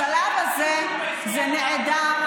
בשלב הזה זה נעדר,